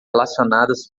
relacionadas